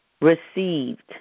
received